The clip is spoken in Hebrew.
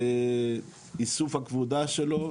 איסוף הכבודה שלו,